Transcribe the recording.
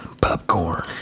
popcorn